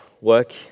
work